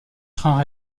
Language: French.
trains